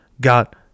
got